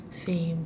same